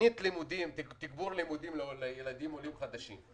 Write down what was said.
תוכנית תגבור לימודים לילדים עולים חדשים,